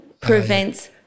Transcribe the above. prevents